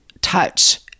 touch